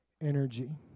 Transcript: energy